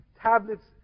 tablets